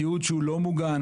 תיעוד שהוא לא מוגן,